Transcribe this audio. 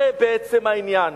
זה בעצם העניין.